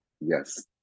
Yes